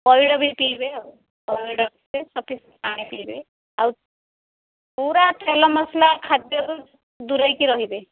ପଇଡ଼ ବି ପିବେ ଆଉ ପଇଡ଼ ପିବେ ସଫିସେଣ୍ଟ ପାଣି ପିବେ ଆଉ ପୁରା ତେଲ ମସଲା ଖାଦ୍ୟରୁ ଦୂରେଇକି ରହିବେ